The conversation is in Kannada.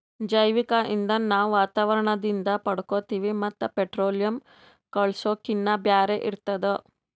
ಜೈವಿಕ್ ಇಂಧನ್ ನಾವ್ ವಾತಾವರಣದಿಂದ್ ಪಡ್ಕೋತೀವಿ ಮತ್ತ್ ಪೆಟ್ರೋಲಿಯಂ, ಕೂಳ್ಸಾಕಿನ್ನಾ ಬ್ಯಾರೆ ಇರ್ತದ